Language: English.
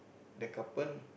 the couple